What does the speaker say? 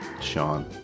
Sean